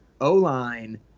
O-line